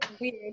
weird